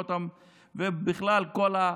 בואו